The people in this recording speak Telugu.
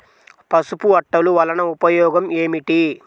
పసుపు అట్టలు వలన ఉపయోగం ఏమిటి?